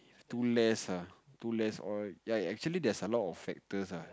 too less ah too less oil ya actually there's a lot of factors ah